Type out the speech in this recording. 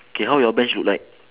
K how your bench look like